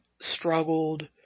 struggled